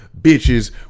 bitches